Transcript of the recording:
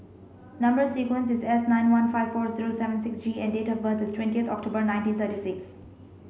number sequence is S nine one five four zero seven six G and date of birth is twentieth October nineteen thirty six